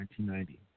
1990